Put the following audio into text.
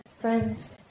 friends